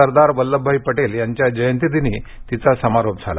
सरदार वल्लभभाई पटेल यांच्या जयंतीदिनी तिचा समारोप झाला